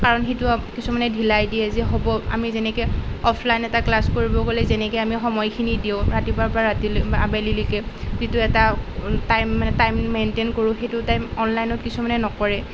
কাৰণ সেইটো কিছুমানে ঢিলাই দিয়ে যে হ'ব আমি যেনেকৈ অফলাইন এটা ক্লাছ কৰিব গ'লে যেনেকৈ আমি সময়খিনি দিওঁ ৰাতিপুৱাৰ পৰা ৰাতিলৈ বা আবেলিলৈকে যিটো এটা টাইম মানে টাইম মেইন্টেইন কৰোঁ সেইটো টাইম অনলাইনত কিছুমানে নকৰে